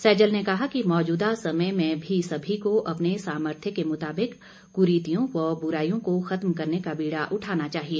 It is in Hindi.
सैजल ने कहा कि मौजूदा समय में भी सभी को अपने सामर्थय के मुताबिक कुरीतियों व बुराईयों को रवत्म करने का बीड़ा उठाना चाहिए